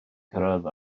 cyrraedd